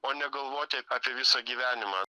o negalvoti apie visą gyvenimą